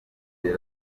iyo